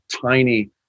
tiny